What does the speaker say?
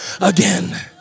again